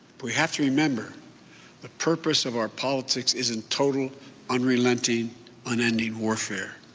we have to remember the purpose of our politics isn't total unrelenting unending warfare.